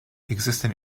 existing